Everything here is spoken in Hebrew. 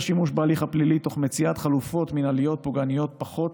השימוש בהליך הפלילי תוך מציאת חלופות מינהליות פוגעניות פחות